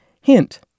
Hint